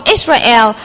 Israel